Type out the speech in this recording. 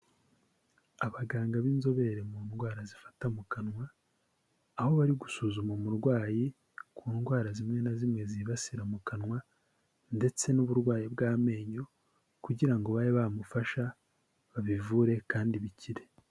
Abaganga b'inzobere mu ndwara zifata mu kanwa aho bari gusuzuma umurwayi ku ndwara zimwe na zimwe zibasira mu kanwa ndetse n'uburwayi bw'amenyo kugira ngo babe bamufasha babivure kandi bikire.